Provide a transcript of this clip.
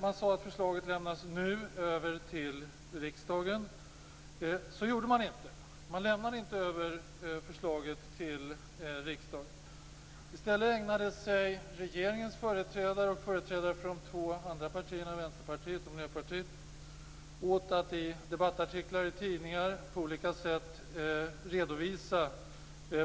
Man sade att förslaget lämnas nu över till riksdagen. Så gjorde man inte. Man lämnade inte över förslaget till riksdagen. I stället ägnade sig regeringens företrädare och företrädare för de två andra partierna, Vänsterpartiet och Miljöpartiet, åt att i debattartiklar i tidningar på olika sätt redovisa